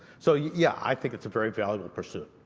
so yeah yeah, i think it's a very valuable pursuit.